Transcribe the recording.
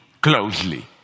closely